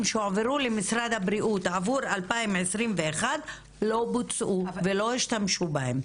שהועברו למשרד הבריאות עבור 2021 ולא בוצעו ולא השתמשו בהם.